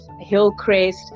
Hillcrest